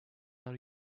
are